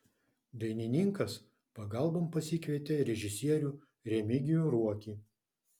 dainininkas pagalbon pasikvietė režisierių remigijų ruokį